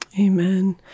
Amen